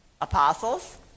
Apostles